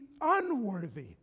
unworthy